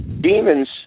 demons